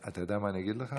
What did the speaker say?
אתה יודע מה, אני אגיד לך.